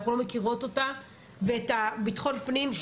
אנחנו לא מכירות אותה ואת ביטחון הפנים,